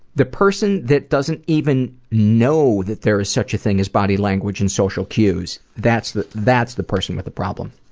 the person that doesn't even know that there's such a thing as body language and social cues. that's the. that's the person with a problem!